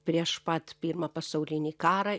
prieš pat pirmą pasaulinį karą